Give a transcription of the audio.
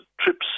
TRIPS